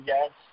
Yes